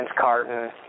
Carton